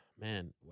man